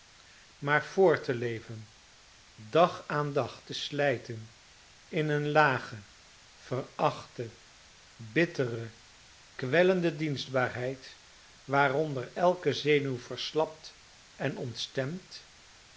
maar voort te leven dag aan dag te slijten in een lage verachte bittere kwellende dienstbaarheid waaronder elke zenuw verslapt en ontstemt